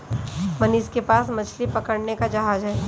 मनीष के पास मछली पकड़ने का जहाज है